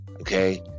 Okay